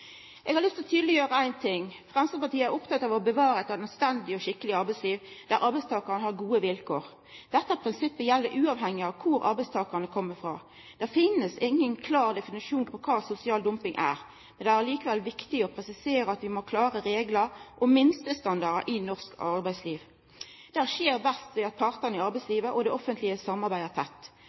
Eg har lyst til å tydeleggjera ein ting. Framstegspartiet er oppteke av å bevara eit anstendig og skikkeleg arbeidsliv, der arbeidstakarane har gode vilkår. Dette prinsippet gjeld uavhengig av kor arbeidstakarane kjem frå. Det finst ingen klar definisjon på kva sosial dumping er. Det er likevel viktig å presisera at vi må ha klare reglar og minstestandard i norsk arbeidsliv. Det skjer best ved at partane i arbeidslivet og det offentlege samarbeider tett.